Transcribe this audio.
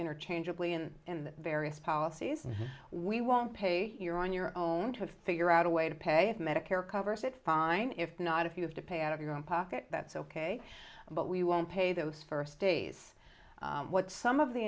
interchangeably and in the various policies we won't pay you're on your own to figure out a way to pay if medicare covers it fine if not if you have to pay out of your own pocket that's ok but we won't pay those first days what some of the